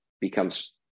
becomes